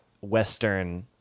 Western